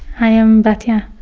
i am batya.